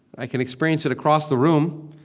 i can experience it across the room.